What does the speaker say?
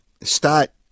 start